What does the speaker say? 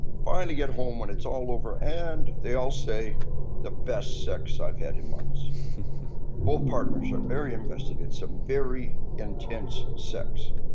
finally, get home when it's all over and they all say the best sex i have had in months both partners are very invested in some very intense sex.